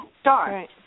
Start